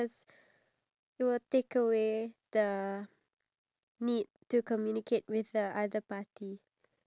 okay for this week then I feel like the most impressive thing that both of us has done is actually saved up up to five hundred